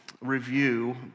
review